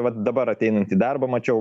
vat dabar ateinant į darbą mačiau